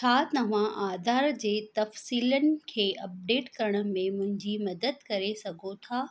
छा तव्हां आधार जे तफ्सीलनि खे अपडेट करण में मुंहिंजी मदद करे सघो था